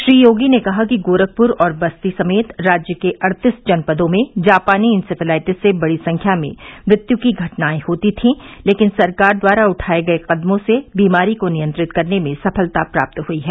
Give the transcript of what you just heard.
श्री योगी ने कहा कि गोरखपुर और बस्ती समेत राज्य के अड़तीस जनपदों में जापानी इंसेफेलाइटिस से बड़ी संख्या में मृत्यू की घटनाए होती थीं लेकिन सरकार द्वारा उठाए गए कदमों से बीमारी को नियंत्रित करने में सफलता प्राप्त हई है